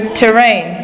terrain